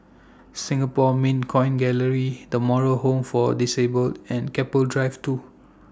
Singapore Mint Coin Gallery The Moral Home For Disabled and Keppel Drive two